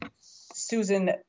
Susan